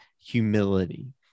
humility